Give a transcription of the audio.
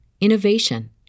innovation